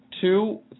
two